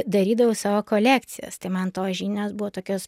darydavau savo kolekcijas tai man tos žinios buvo tokios